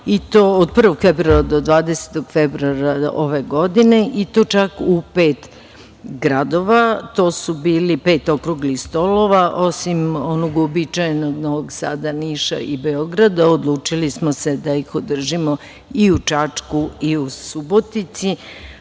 i to od 1. februara do 20. februara ove godine i to u čak pet gradova. To su bili pet okruglih stolova osim onog uobičajenog Novog Sada, Niša i Beograda, odlučili smo se da ih održimo i u Čačku i u Subotici.